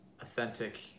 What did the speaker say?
authentic